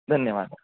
धन्यवादः